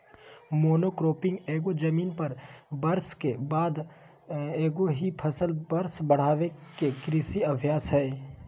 monocropping एगो जमीन पर वर्ष के बाद एगो ही फसल वर्ष बढ़ाबे के कृषि अभ्यास हइ